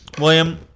William